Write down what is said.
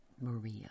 Maria